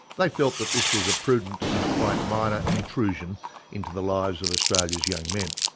they felt that this was a prudent and quite minor intrusion into the lives of australia's young men.